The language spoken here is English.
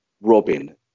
Robin